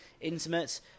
intimate